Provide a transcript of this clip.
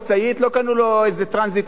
לא קנו לו איזה טרנזיט להובלה,